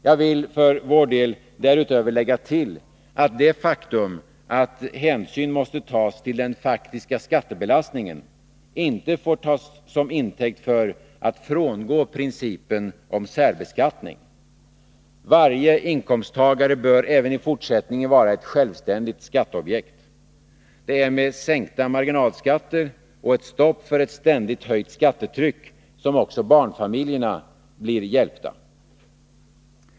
Jag vill för vår del därutöver lägga till, att det faktum att hänsyn måste tas till den faktiska skattebelastningen inte får tas till intäkt för att frångå principen om särbeskattning. Varje inkomsttagare bör även i fortsättningen vara ett självständigt skatteobjekt. Det är med sänkta marginalskatter och ett stopp för ett ständigt höjt skattetryck som också barnfamiljerna blir hjälpta.